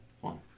one